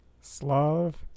Slav